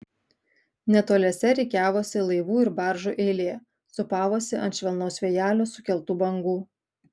netoliese rikiavosi laivų ir baržų eilė sūpavosi ant švelnaus vėjelio sukeltų bangų